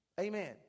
Amen